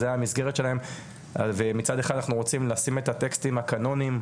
זה המסגרת שלהם ומצד אחד אנחנו רוצים לשים את הטקסטים הקנונים,